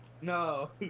No